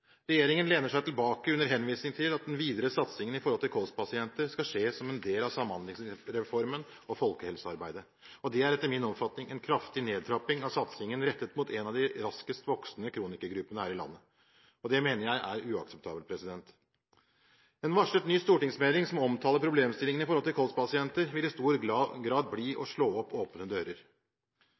Regjeringen lener seg tilbake under henvisning til at den videre satsingen når det gjelder kolspasienter, skal skje som en del av Samhandlingsreformen og folkehelsearbeidet. Det er etter min oppfatning en kraftig nedtrapping av satsingen rettet mot en av de raskest voksende kronikergruppene her i landet. Det mener jeg er uakseptabelt. En varslet ny stortingsmelding som omtaler problemstillingene i forbindelse med kolspasienter, vil i stor grad bli som å slå opp åpne dører.